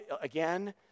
Again